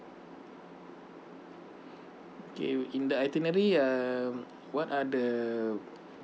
okay in the itinerary um what are the